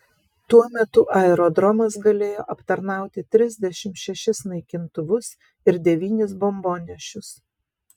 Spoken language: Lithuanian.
tuo metu aerodromas galėjo aptarnauti trisdešimt šešis naikintuvus ir devynis bombonešius